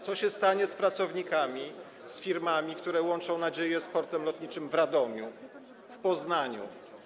Co się stanie z pracownikami, z firmami, które łączą nadzieje z portem lotniczym w Radomiu, w Poznaniu?